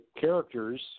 characters